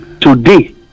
Today